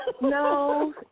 No